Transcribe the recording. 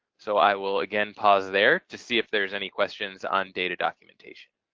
so i will again pause there to see if there's any questions on data documentation.